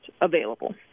available